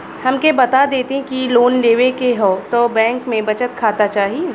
हमके बता देती की लोन लेवे के हव त बैंक में बचत खाता चाही?